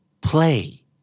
play